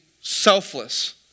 selfless